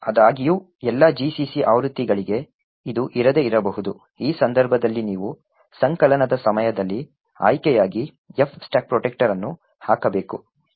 ಆದಾಗ್ಯೂ ಎಲ್ಲಾ GCC ಆವೃತ್ತಿಗಳಿಗೆ ಇದು ಇರದೇ ಇರಬಹುದು ಈ ಸಂದರ್ಭದಲ್ಲಿ ನೀವು ಸಂಕಲನದ ಸಮಯದಲ್ಲಿ ಆಯ್ಕೆಯಾಗಿ f stack protector ಅನ್ನು ಹಾಕಬೇಕು